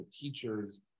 teachers